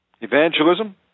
evangelism